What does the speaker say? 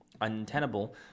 untenable